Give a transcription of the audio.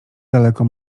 daleko